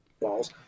Balls